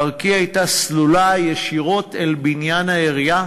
דרכי הייתה סלולה ישירות אל בניין העירייה.